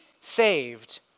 saved